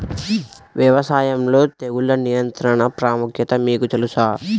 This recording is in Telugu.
వ్యవసాయంలో తెగుళ్ల నియంత్రణ ప్రాముఖ్యత మీకు తెలుసా?